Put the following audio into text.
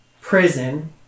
prison